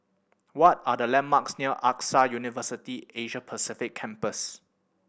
what are the landmarks near AXA University Asia Pacific Campus